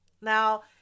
now